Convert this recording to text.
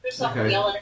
Okay